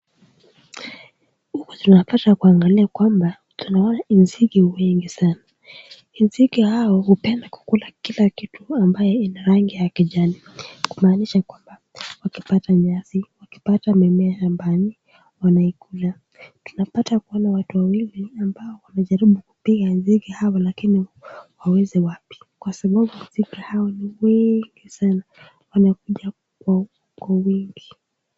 Huku tunapata kuangalia kwamba tunaona nzige wengi sana. Nzige hao hupenda kukula kila kitu ambaye ina rangi ya kijani. Kumaanisha kwamba wakipata nyasi, wakipata mimea mbalimbali, wanaikula. Tunapata kuona watu wawili ambao wamejaribu kupiga nzige hawa lakini hawawezi wapi. Kwa sababu nzige hao ni wengi sana. Wanakuja kwa wingi.